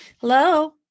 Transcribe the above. hello